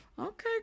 Okay